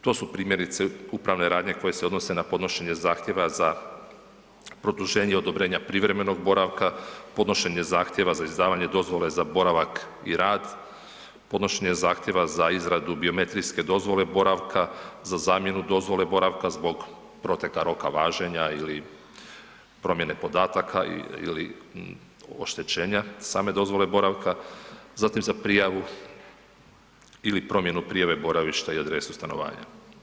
To su primjerice upravne radnje koje se odnose na podnošenje zahtjeva za produženje odobrenja privremenog boravka, podnošenje zahtjeva za izdavanje dozvole za boravak i rad, podnošenje zahtjeva za izradu biometrijske dozvole boravka za zamjenu dozvole boravka zbog proteka roka važenja ili promjene podataka ili oštećenja same dozvole boravka, zatim za prijavu ili promjenu prijave boravišta i adresu stanovanja.